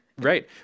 Right